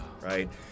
Right